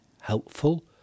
helpful